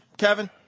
Kevin